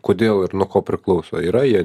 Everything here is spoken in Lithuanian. kodėl ir nuo ko priklauso yra jie